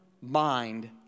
mind